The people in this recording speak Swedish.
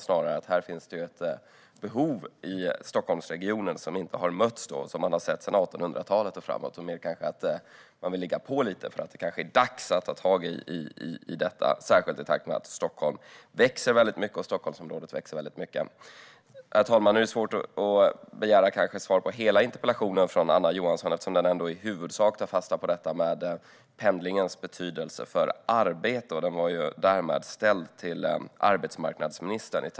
Snarare har det funnits ett behov i Stockholmsregionen sedan 1800-talet och framåt som inte har mötts. Det är mer fråga om att ligga på, och det är dags att ta tag i frågan - särskilt med tanke på att Stockholmsområdet växer mycket. Herr talman! Det är svårt att begära svar på hela interpellationen från Anna Johansson eftersom den i huvudsak tar fasta på pendlingens betydelse för arbete. Interpellationen var också ställd till arbetsmarknadsministern.